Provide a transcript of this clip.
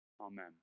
Amen